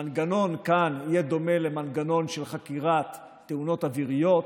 המנגנון כאן יהיה דומה למנגנון של חקירת תאונות אוויריות,